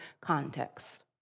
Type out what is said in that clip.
context